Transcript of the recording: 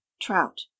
Trout